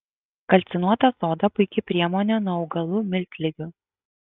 kalcinuota soda puiki priemonė nuo augalų miltligių